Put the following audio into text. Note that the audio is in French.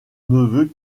neveu